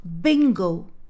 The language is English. Bingo